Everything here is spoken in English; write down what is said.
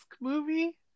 movie